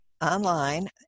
online